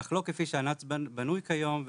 אך לא כפי שאנ"צ בנוי כיום ואסביר.